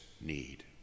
need